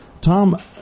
Tom